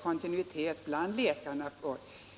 i Norrland